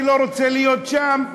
ואני לא רוצה להיות שם.